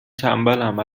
تنبلم